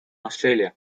australia